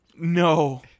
No